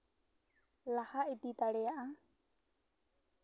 ᱞᱟᱦᱟ ᱤᱫᱤ ᱫᱟᱲᱮᱭᱟᱜᱼᱟ